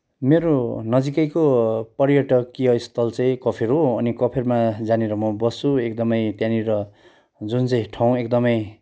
मेरो नजिकैको पर्यटकीय स्थल चैाहिँ कफेर हो अनि कफेरमा जहाँनिर म बस्छु एकदमै त्यहाँनिर जुन चाहिँ ठाउँ एकदमै